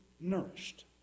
nourished